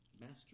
master